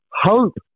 hope